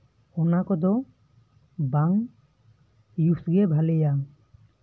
ᱚᱱᱟ ᱠᱚᱫᱚ ᱵᱟᱝ ᱭᱩᱥ ᱜᱮ ᱵᱷᱟᱜᱮᱭᱟ